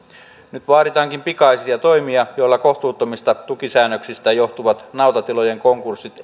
nyt vaaditaankin pikaisia toimia joilla kohtuuttomista tukisäännöksistä johtuvat nautatilojen konkurssit